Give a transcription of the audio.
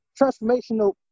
transformational